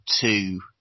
two